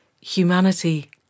humanity